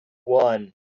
one